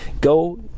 Go